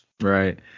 Right